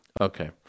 okay